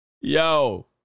Yo